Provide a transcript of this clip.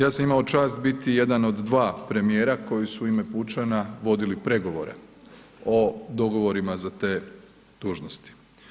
Ja sam imao čast biti jedan od dva premijera koji su u ime pučana vodili pregovore o dogovorima za te dužnosti.